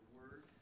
word